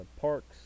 Parks